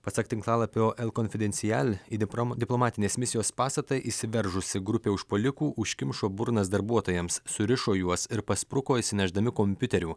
pasak tinklalapio el konfidencijal idiprom diplomatinės misijos pastatą įsiveržusi grupė užpuolikų užkimšo burnas darbuotojams surišo juos ir paspruko išsinešdami kompiuterių